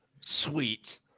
Sweet